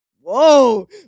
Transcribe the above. Whoa